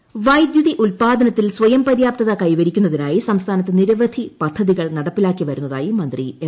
വൈദ്യുത പദ്ധതികൾ വൈദ്യുതി ഉൽപാദനത്തിൽ സ്വയം പര്യാപ്തത കൈവരിക്കുന്നതിനായി സംസ്ഥാനത്ത് നിരവധി പദ്ധതികൾ നടപ്പിലാക്കി വരുന്നതായി മന്ത്രി എം